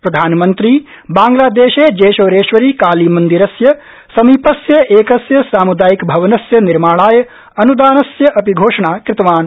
प्रधानमंत्री बांग्लादेश जेशोरेश्वरी काली मन्दिरस्य समीपस्य एकस्य साम्दायिकभवनस्य निर्माणाय अन्दानस्य अपि घोषणा कृतवान्